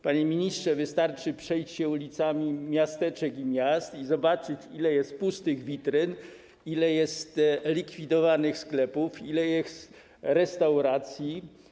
Panie ministrze, wystarczy przejść się ulicami miasteczek i miast i zobaczyć, ile jest pustych witryn, ile jest likwidowanych sklepów, restauracji.